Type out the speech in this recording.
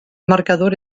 marcador